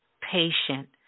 patient